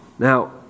Now